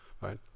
right